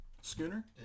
Schooner